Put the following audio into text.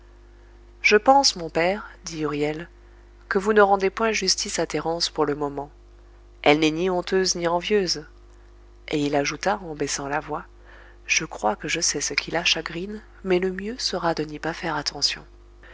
je pense mon père dit huriel que vous ne rendez point justice à thérence pour le moment elle n'est ni honteuse ni envieuse et il ajouta en baissant la voix je crois que je sais ce qui la chagrine mais le mieux sera de n'y pas faire attention